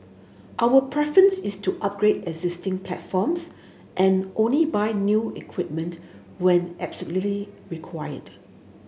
our preference is to upgrade existing platforms and only buy new equipment when absolutely required